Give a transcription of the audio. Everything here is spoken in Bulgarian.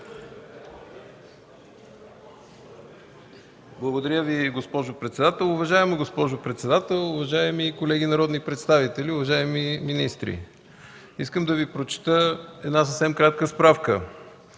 Благодаря Ви, госпожо председател. Уважаема госпожо председател, уважаеми колеги народни представители, уважаеми министри! Искам да Ви прочета една съвсем кратка справка.